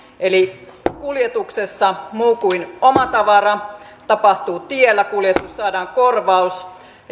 eli kuljetuksessa muu kuin oma tavara tapahtuu tiellä kuljetus saadaan korvaus